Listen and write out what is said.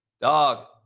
Dog